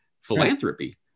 philanthropy